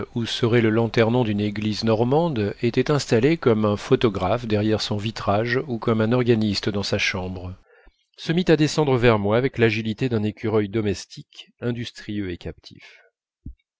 où serait le lanternon d'une église normande était installé comme un photographe derrière son vitrage ou comme un organiste dans sa chambre se mit à descendre vers moi avec l'agilité d'un écureuil domestique industrieux et captif